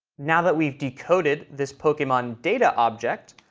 now that we've decoded this pokemon data object,